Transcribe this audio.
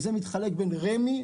זה נחלק בין רמ"י,